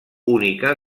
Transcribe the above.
única